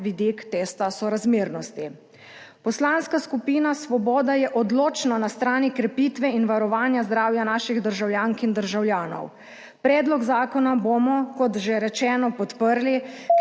vidik testa sorazmernosti. Poslanska skupina Svoboda je odločno na strani krepitve in varovanja zdravja naših državljank in državljanov. Predlog zakona bomo kot že rečeno podprli,